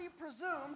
presumed